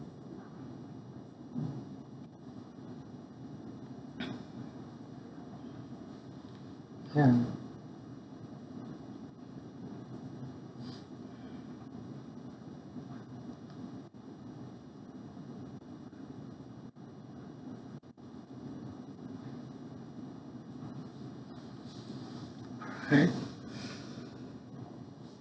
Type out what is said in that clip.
ya okay